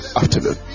afternoon